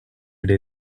day